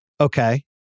Okay